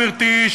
גברתי,